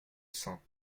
saints